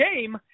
game